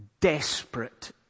desperate